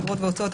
אגרות והוצאות,